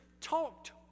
talked